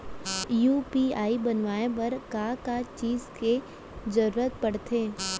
UPI बनाए बर का का चीज के जरवत पड़थे?